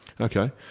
okay